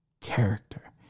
character